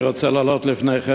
תודה,